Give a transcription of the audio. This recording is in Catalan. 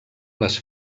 les